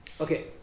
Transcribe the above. Okay